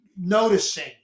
noticing